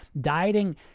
dieting